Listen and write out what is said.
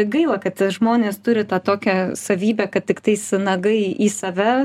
gaila kad žmonės turi tą tokią savybę kad tiktais nagai į save